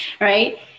right